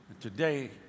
Today